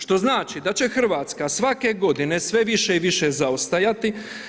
Što znači da će Hrvatska svake g. sve više i više zaostajati.